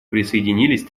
присоединились